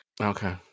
okay